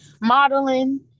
modeling